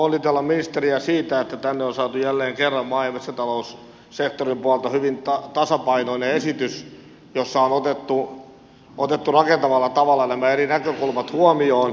haluan onnitella ministeriä siitä että tänne on saatu jälleen kerran maa ja metsätaloussektorin puolelta hyvin tasapainoinen esitys jossa on otettu rakentavalla tavalla nämä eri näkökulmat huomioon